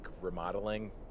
remodeling